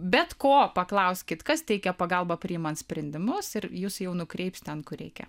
bet ko paklauskit kas teikia pagalbą priimant sprendimus ir jus jau nukreips ten kur reikia